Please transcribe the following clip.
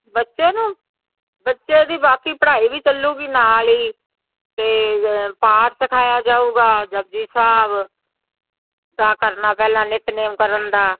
ਬੱਚੇ ਨੂੰ ਬੱਚੇ ਦੀ ਬਾਕੀ ਪੜ੍ਹਾਈ ਵੀ ਚੱਲੂਗੀ ਨਾਲ ਹੀ ਅਤੇ ਪਾਠ ਸਿਖਾਇਆ ਜਾਵੇਗਾ ਜਪੁਜੀ ਸਾਹਿਬ ਦਾ ਕਰਨਾ ਪਹਿਲਾਂ ਨਿਤਨੇਮ ਕਰਨ ਦਾ